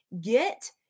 Get